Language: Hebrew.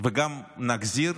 וגם נחזיר